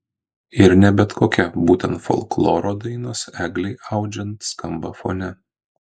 ir ne bet kokia būtent folkloro dainos eglei audžiant skamba fone